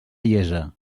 iessa